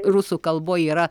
rusų kalboj yra